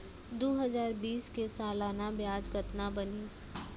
दू हजार बीस के सालाना ब्याज कतना बनिस?